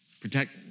protect